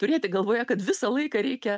turėti galvoje kad visą laiką reikia